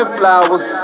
flowers